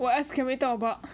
what else can we talk about